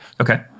Okay